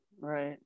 right